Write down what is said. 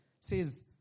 says